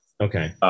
Okay